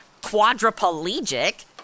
quadriplegic